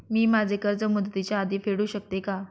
मी माझे कर्ज मुदतीच्या आधी फेडू शकते का?